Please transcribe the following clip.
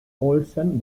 olsen